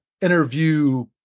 interview